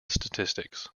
statistics